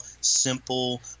simple